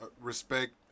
respect